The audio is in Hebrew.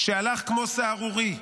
שהלך כמו סהרורי,